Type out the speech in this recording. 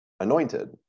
Anointed